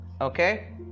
okay